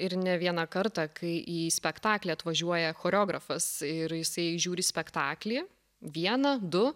ir ne vieną kartą kai į spektaklį atvažiuoja choreografas ir jisai žiūri spektaklį vieną du